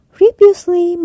Previously